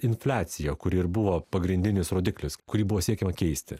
infliaciją kuri ir buvo pagrindinis rodiklis kurį buvo siekiama keisti